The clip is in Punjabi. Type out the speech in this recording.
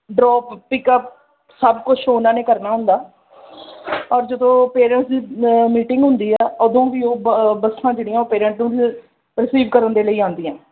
ਡਰੋਪ ਪਿਕਅੱਪ ਸਭ ਕੁਝ ਉਹਨਾਂ ਨੇ ਕਰਨਾ ਹੁੰਦਾ ਔਰ ਜਦੋਂ ਪੇਰੈਂਟਸ ਦੀ ਮ ਮੀਟਿੰਗ ਹੁੰਦੀ ਹੈ ਉਦੋਂ ਵੀ ਉਹ ਬ ਬੱਸਾਂ ਜਿਹੜੀਆਂ ਉਹ ਪੇਰੈਂਟਸ ਨੂੰ ਰ ਰਿਸੀਵ ਕਰਨ ਦੇ ਲਈ ਆਉਂਦੀਆਂ